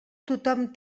tothom